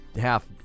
half